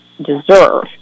deserve